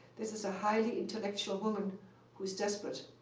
this is highly intellectual woman who's desperate.